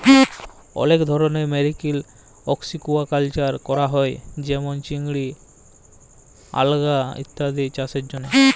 অলেক ধরলের মেরিল আসিকুয়াকালচার ক্যরা হ্যয়ে যেমল চিংড়ি, আলগা ইত্যাদি চাসের জন্হে